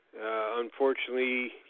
unfortunately